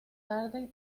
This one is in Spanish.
tarde